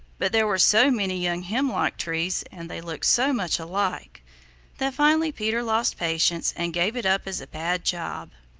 but there were so many young hemlock-trees and they looked so much alike that finally peter lost patience and gave it up as a bad job.